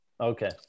Okay